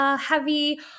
heavy